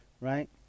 right